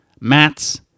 Mats